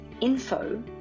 info